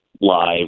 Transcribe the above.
live